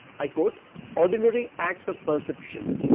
i quote ordinary acts of perception,